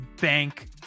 bank